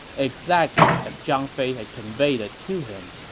exactly as zhang fei had conveyed it to him.